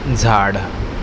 झाड